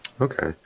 okay